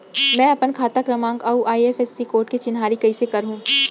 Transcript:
मैं अपन खाता क्रमाँक अऊ आई.एफ.एस.सी कोड के चिन्हारी कइसे करहूँ?